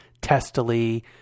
testily